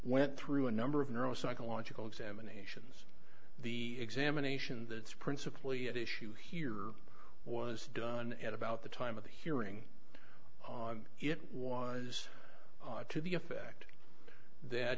went through a number of neuro psychological examination the examination that's principally at issue here was done at about the time of the hearing it was to the effect that